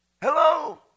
Hello